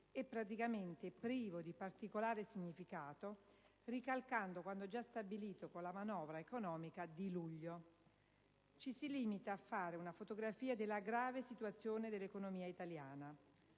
e praticamente privo di particolare significato, ricalcando quanto già stabilito con la manovra economica di luglio. Ci si limita a fare una fotografia della grave situazione dell'economia italiana.